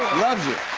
loves you.